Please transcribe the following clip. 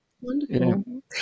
Wonderful